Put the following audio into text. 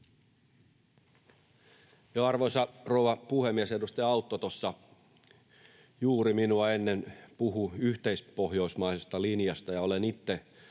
Arvoisa rouva puhemies! Edustaja Autto tuossa juuri minua ennen puhui yhteispohjoismaisesta linjasta, ja olen itse